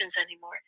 anymore